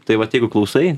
tai vat jeigu klausai